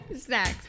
snacks